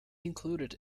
included